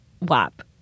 WAP